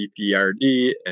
BPRD